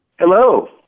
Hello